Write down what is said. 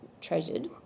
treasured